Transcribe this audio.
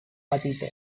patito